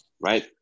right